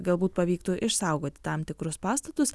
galbūt pavyktų išsaugoti tam tikrus pastatus